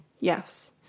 Yes